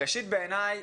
ראשית, בעיניי,